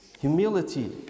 humility